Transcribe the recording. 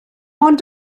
ond